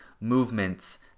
movements